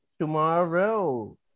tomorrow